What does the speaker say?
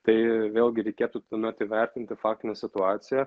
tai vėlgi reikėtų tuomet įvertinti faktinę situaciją